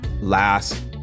last